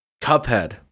Cuphead